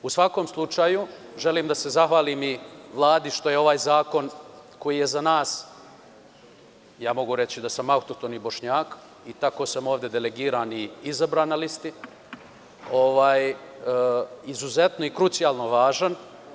U svakom slučaju, želim da se zahvalim Vladi što je ovaj zakon, koji je za nas, mogu reći da sam autohtoni Bošnjak i tako sam ovde delegiran i izabran na listi, izuzetno i krucijalno važan.